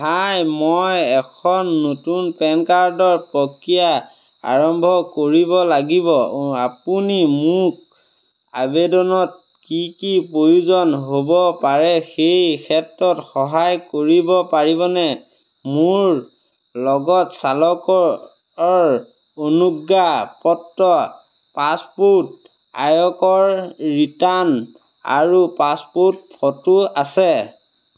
হাই মই এখন নতুন পেন কাৰ্ডৰ প্ৰক্ৰিয়া আৰম্ভ কৰিব লাগিব অ' আপুনি মোক আবেদনত কি কি প্ৰয়োজন হ'ব পাৰে সেই ক্ষেত্ৰত সহায় কৰিব পাৰিবনে মোৰ লগত চালকৰ অনুজ্ঞাপত্ৰ পাছপোৰ্ট আয়কৰ ৰিটাৰ্ণ আৰু পাছপোৰ্ট ফটো আছে